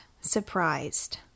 surprised